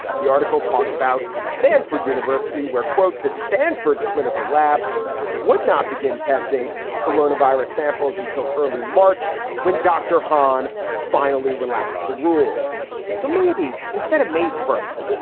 the article talked about stanford university, where, quote, the stanford clinical lab would not begin testing corona virus samples until early march when dr. hahn finally relaxed the rules so maybe instead of may first,